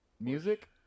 Music